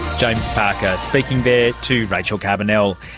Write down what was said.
james parker, speaking there to rachel carbonell.